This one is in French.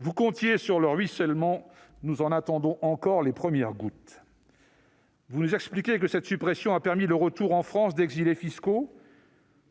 Vous comptiez sur le ruissellement. Nous en attendons encore les premières gouttes ! Vous nous expliquez que cette suppression a permis le retour en France d'exilés fiscaux.